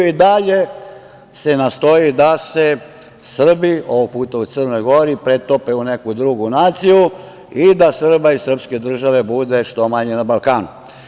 I dalje se nastoji da se Srbi, ovog puta u Crnoj Gori, pretope u neku drugu naciju i da Srba i srpske države bude što manje na Balkanu.